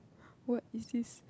what is this